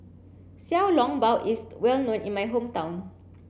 Xiao Long Bao is well known in my hometown